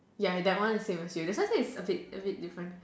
ya that one is same as you the same thing is a bit a bit different